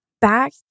Back